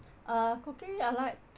uh cookie I like